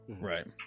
Right